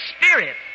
spirit